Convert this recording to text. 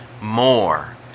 more